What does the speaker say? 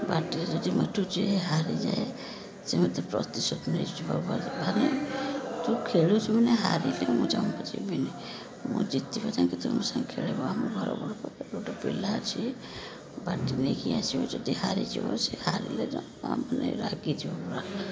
ବାଟିରେ ଯଦି ମୋଠୁ ଯିଏ ହାରିଯାଏ ସେ ମୋତେ ପ୍ରତିଶୋଧ ନେଇଯିବ ଭାବି ତୁ ଖେଳୁଛୁ ନା ହାରିଲି ମୁଁ ଜମା ଯିବିନି ମୁଁ ଜିତିବା ଯାଙ୍କେ ତୁ ମୋ ସାଙ୍ଗେ ଖେଳିବୁ ଆମ ଘର ପାଖରେ ଗୋଟେ ପିଲା ଅଛି ବାଟି ନେଇକି ଆସିବ ଯଦି ହାରିଯିବ ସିଏ ହାରିଲେ ଜମା ମାନେ ରାଗିଯିବ ପୁରା